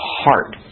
heart